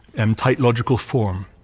and tight logical form,